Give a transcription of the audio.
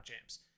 James